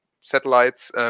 satellites